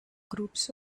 groups